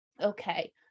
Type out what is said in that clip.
Okay